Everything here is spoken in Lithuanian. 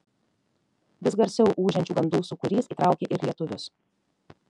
vis garsiau ūžiančių gandų sūkurys įtraukė ir lietuvius